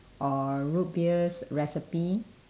or root beers recipe